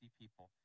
people